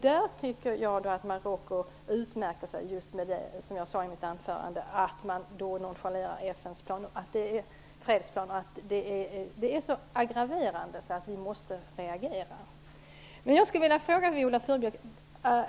Jag tycker att Marocko utmärker sig, som jag sade i mitt anförande, genom att nonchalera FN:s fredsplaner. Det är så graverande att vi måste reagera.